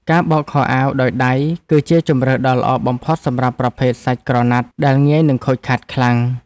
ការបោកខោអាវដោយដៃ គឺជាជម្រើសដ៏ល្អបំផុតសម្រាប់ប្រភេទសាច់ក្រណាត់ដែលងាយនឹងខូចខាតខ្លាំង។